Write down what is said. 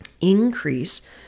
increase